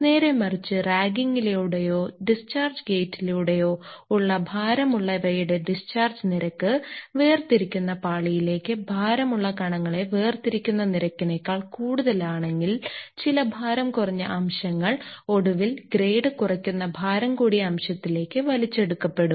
നേരെമറിച്ച് റാഗിംഗിലൂടെയോ ഡിസ്ചാർജ് ഗേറ്റിലൂടെയോ ഉള്ള ഭാരമുള്ളവയുടെ ഡിസ്ചാർജ് നിരക്ക് വേർതിരിക്കുന്ന പാളിയിലേക്ക് ഭാരമുള്ള കണങ്ങളെ വേർതിരിക്കുന്ന നിരക്കിനേക്കാൾ കൂടുതലാണെങ്കിൽ ചില ഭാരം കുറഞ്ഞ അംശങ്ങൾ ഒടുവിൽ ഗ്രേഡ് കുറയ്ക്കുന്ന ഭാരം കൂടിയ അംശത്തിലേക്ക് വലിച്ചെടുക്കപ്പെടും